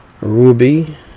Ruby